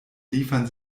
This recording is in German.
liefern